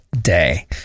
day